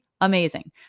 amazing